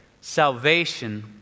Salvation